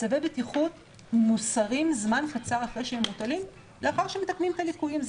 צווי בטיחות מוסרים זמן קצר אחרי שהם מוטלים לאחר שמתקנים את הליקויים.